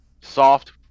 Soft